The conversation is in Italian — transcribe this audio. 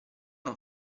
non